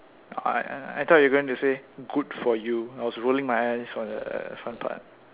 I I thought you were going to say good for you I was rolling my eyes on the front part